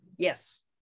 Yes